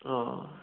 ꯑꯥ